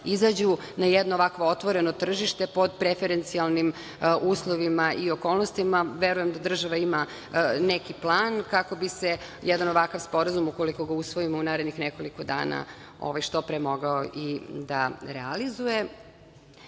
izađu na jedno ovakvo otvoreno tržište pod preferencijalnim uslovima i okolnostima. Verujem da država ima neki plan kako bi se jedan ovakav sporazum, ukoliko ga usvojimo u narednih nekoliko dana, što pre mogao da realizuje.Za